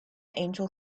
angel